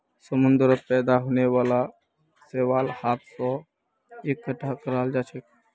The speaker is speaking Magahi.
समुंदरत पैदा होने वाला शैवाल हाथ स इकट्ठा कराल जाछेक